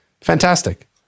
Fantastic